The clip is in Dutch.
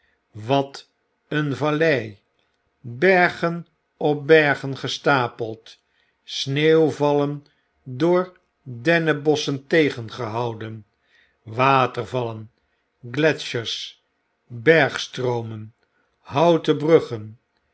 wat een vallei bergen op bergen gestapeld sneeuwvallen door dennenbosschen tegengehouden watervalleii gletschers bergstroomen houten bruggeii